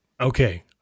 Okay